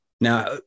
Now